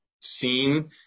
seen